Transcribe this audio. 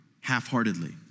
half-heartedly